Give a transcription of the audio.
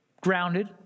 grounded